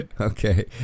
Okay